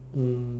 um